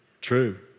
True